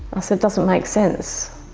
i said, it doesn't make sense.